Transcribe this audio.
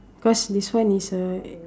cause this one is a